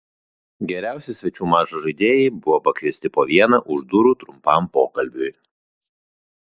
geriausi svečių mačo žaidėjai buvo pakviesti po vieną už durų trumpam pokalbiui